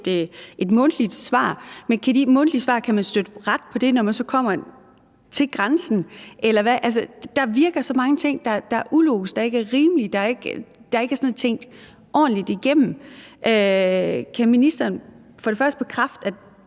med et mundtligt svar, men kan man støtte ret på det, når man kommer til grænsen? Der er så mange ting, som virker så ulogiske, som ikke er rimelige, og som ikke er tænkt ordentligt igennem. Kan ministeren først bekræfte,